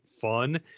fun